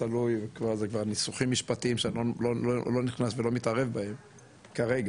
תלוי מה הניסוחים המשפטיים שאני לא נכנס ולא מתערב בהם כרגע,